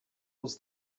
was